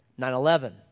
9-11